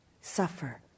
suffer